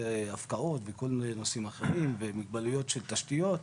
הפקעות ונושאים אחרים ומגבלה של תשתיות,